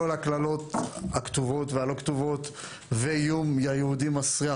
כל הקללות הכתובות והלא כתובות ואיום: י-יהודי מסריח,